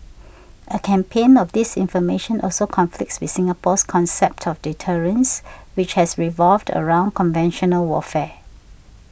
a campaign of disinformation also conflicts with Singapore's concept of deterrence which has revolved around conventional warfare